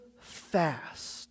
fast